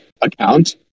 account